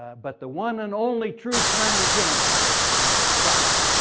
but the one and only true calamity jane, it says on the caption.